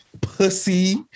pussy